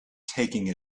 taking